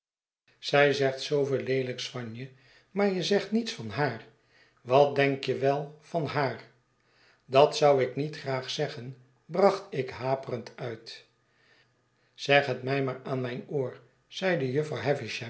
zij zegt zooveel leelijks van je maar je zegt niets van haar wat denk je wel van haar dat zou ik niet graag zeggen bracht ik haperend uit zeg het mij maar aan mijn oor zeide jufvrouw